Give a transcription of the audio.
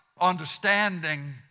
understanding